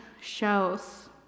shows